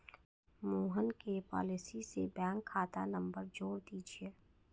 मोहन के पॉलिसी से बैंक खाता नंबर जोड़ दीजिए